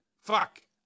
fuck